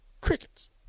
Crickets